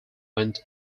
went